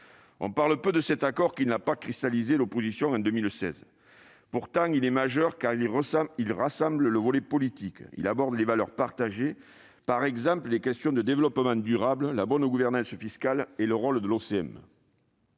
On parle peu de cet accord, qui n'a pas cristallisé l'opposition en 2016. Pourtant, il est majeur, car il rassemble le volet politique. Il aborde les valeurs partagées, par exemple les questions de développement durable, la bonne gouvernance fiscale et le rôle de l'OMC.